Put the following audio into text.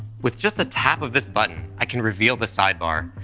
with just a tap of this button, i can reveal the sidebar.